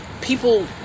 people